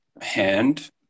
hand